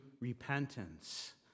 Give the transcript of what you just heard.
repentance